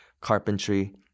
carpentry